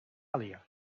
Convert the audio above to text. australië